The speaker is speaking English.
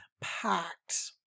packed